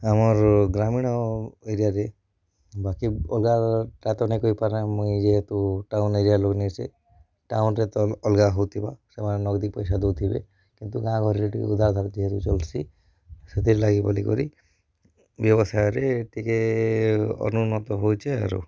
ଆମର ଗ୍ରାମୀଣ ଏରିଆରେ ବାକି ଅଲଗା ତା ତ ନାଇଁ କହି ପାର ମୁଇଁ ଯେହେତୁ ଟାଉନ୍ ଏରିଆ ଲୋକ୍ ନେଇ ସେ ଟାଉନ୍ରେ ତ ଅଲଗା ହଉ ଥିବ ସେମାନେ ନଗ୍ଦି ପଇସା ଦଉଥିବେ କିନ୍ତୁ ଗାଁ ଗହଳି ଟିକେ ଉଧାର ଉଧାରି ଚଲୁସି ସେଥି ଲାଗି ବୋଲି କରି ବ୍ୟବସାୟରେ ଟିକେ ଅନୁନ୍ନତ ହଉଛି ଆରୁ